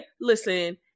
listen